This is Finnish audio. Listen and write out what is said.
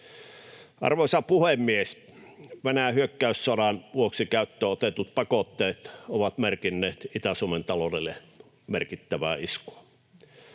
Arvoisa puhemies! Venäjän hyökkäyssodan vuoksi käyttöön otetut pakotteet ovat merkinneet Itä-Suomen taloudelle merkittävää iskua.